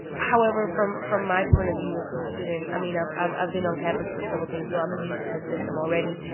however, from from my point of view as a student, i mean, i've i've been on campus for several things so i'm used to the system already.